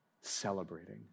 celebrating